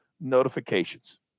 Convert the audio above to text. notifications